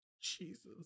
Jesus